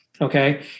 Okay